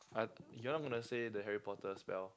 I you not gonna to say the Harry-Potter's spell